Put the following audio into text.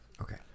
okay